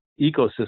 ecosystem